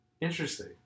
Interesting